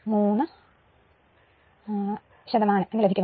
3 എന്ന് ലഭികുമലോ